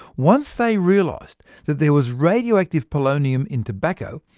once they realised that there was radioactive polonium in tobacco,